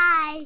Bye